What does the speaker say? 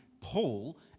Paul